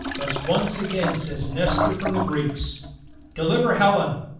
thus once again says nestor from the greeks deliver helen,